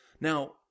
Now